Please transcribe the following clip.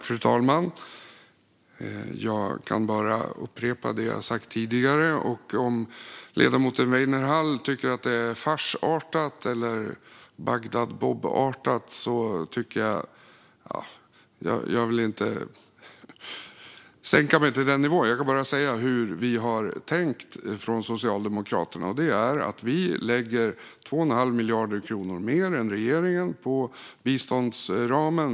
Fru talman! Jag kan bara upprepa det jag sagt tidigare, och om ledamoten Weinerhall tycker att det är farsartat eller Bagdad-Bob-artat vill jag inte sänka mig till den nivån. Jag kan bara säga hur vi socialdemokrater har tänkt. Vi lägger 2 1⁄2 miljard kronor mer än regeringen på biståndsramen.